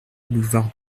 boulevard